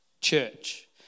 church